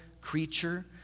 creature